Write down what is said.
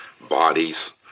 bodies